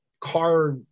car